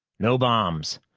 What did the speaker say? no bombs.